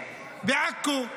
בעכו,